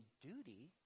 duty